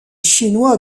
chinois